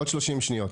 עוד 30 שניות.